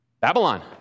Babylon